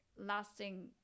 lasting